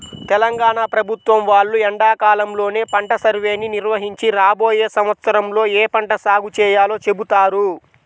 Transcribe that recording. తెలంగాణ ప్రభుత్వం వాళ్ళు ఎండాకాలంలోనే పంట సర్వేని నిర్వహించి రాబోయే సంవత్సరంలో ఏ పంట సాగు చేయాలో చెబుతారు